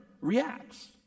reacts